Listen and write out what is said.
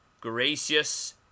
gracious